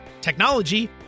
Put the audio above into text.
technology